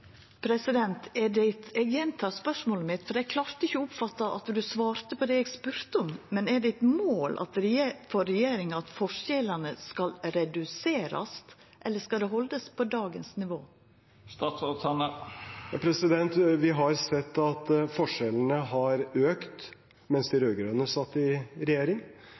spørsmålet mitt, for eg klarte ikkje å oppfatta at statsråden svarte på det eg spurte om: Er det eit mål for regjeringa at forskjellane skal reduserast, eller skal det haldast på dagens nivå? Vi har sett at forskjellene har økt mens de rød-grønne satt i regjering,